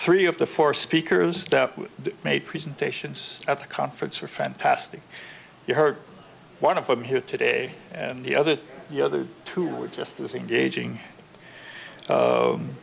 three of the four speakers that made presentations at the conference are fantastic you heard one of them here today and the other the other two were just as engaging